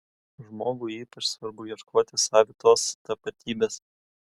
žmogui ypač svarbu ieškoti savitos tapatybės